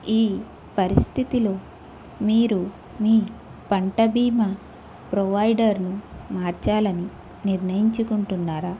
ఈ పరిస్థితిలో మీరు మీ పంట బీమా ప్రొవైడర్ను మార్చాలని నిర్ణయించుకుంటున్నారా